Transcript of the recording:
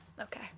Okay